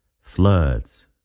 floods